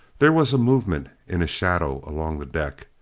there was a movement in a shadow along the deck.